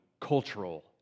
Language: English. cultural